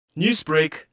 Newsbreak